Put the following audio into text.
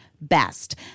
best